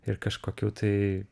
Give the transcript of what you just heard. ir kažkokių tai